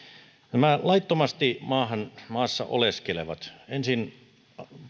nämä laittomasti maassa oleskelevat ensin